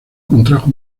contrajo